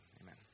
amen